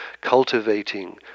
cultivating